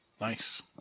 Nice